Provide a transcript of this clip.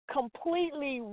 completely